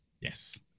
Yes